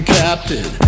captain